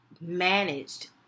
managed